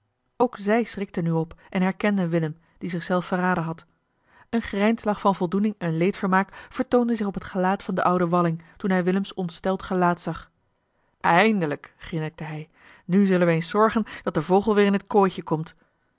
ook zij schrikten nu op en herkenden willem die zich zelf verraden had een grijnslach van voldoening en leedvermaak vertoonde zich op het gelaat van den ouden walling toen hij willems ontsteld gelaat zag eindelijk grinnikte hij nu zullen we eens zorgen dat de vogel weer in het kooitje komt